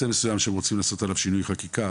מסוים שהם רוצים לבצע לגביו שינוי חקיקה,